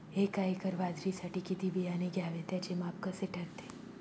एका एकर बाजरीसाठी किती बियाणे घ्यावे? त्याचे माप कसे ठरते?